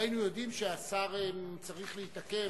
אם היינו יודעים שהשר צריך להתעכב,